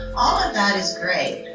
that is great,